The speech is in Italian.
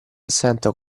sento